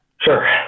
Sure